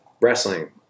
wrestling